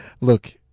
Look